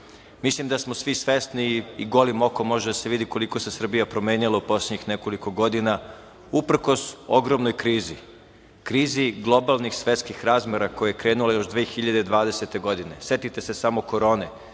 Mislim da smo svi svesni i golim okom može da se vidi koliko se Srbija promenila u poslednjih nekoliko godina uprkos ogromnoj krizi, krizi globalnih svetskih razmera koje je krenulo još 2020. godine. Setite se samo korone